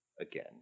again